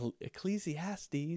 Ecclesiastes